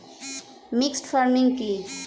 Mixed farming কি?